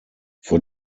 vor